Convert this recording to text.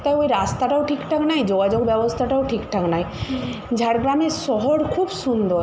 তাও ওই রাস্তাটাও ঠিকঠাক নয় যোগাযোগ ব্যবস্থাটাও ঠিকঠাক নয় ঝাড়গ্রামের শহর খুব সুন্দর